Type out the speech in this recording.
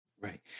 Right